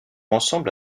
ensemble